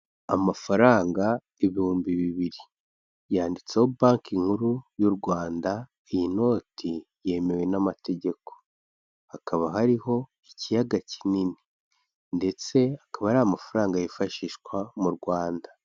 Amafaranga ibihumbi bibiri yanditseho banki nkuru y'u Rwanda, iyi noti yemewe n'amategeko; hakaba hariho ikiyaga kinini ndetse akaba ari amafaranga yifashishwa mu Rwanda.